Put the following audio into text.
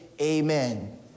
amen